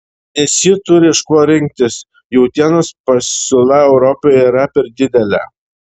nes ji turi iš ko rinktis jautienos pasiūla europoje yra per didelė